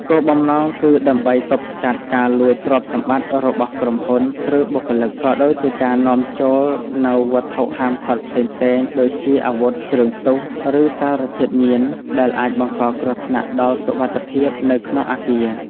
គោលបំណងគឺដើម្បីទប់ស្កាត់ការលួចទ្រព្យសម្បត្តិរបស់ក្រុមហ៊ុន ឬបុគ្គលិក ក៏ដូចជាការនាំចូលនូវវត្ថុហាមឃាត់ផ្សេងៗ ដូចជាអាវុធ គ្រឿងផ្ទុះ ឬសារធាតុញៀន ដែលអាចបង្កគ្រោះថ្នាក់ដល់សុវត្ថិភាពនៅក្នុងអគារ។